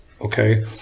Okay